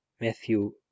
Matthew